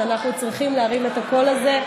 שאנחנו צריכים להרים את הקול הזה,